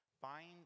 Find